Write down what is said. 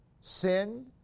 sin